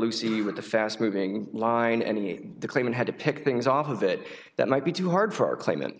lucy with the fast moving line any claim and had to pick things off of it that might be too hard for clement